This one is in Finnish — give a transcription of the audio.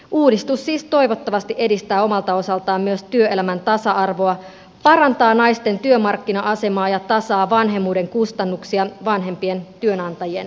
uudistus siis toivottavasti edistää omalta osaltaan myös työelämän tasa arvoa parantaa naisten työmarkkina asemaa ja tasaa vanhemmuuden kustannuksia vanhempien työnantajien välillä